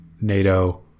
NATO